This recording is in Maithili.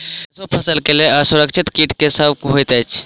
सैरसो फसल केँ लेल असुरक्षित कीट केँ सब होइत अछि?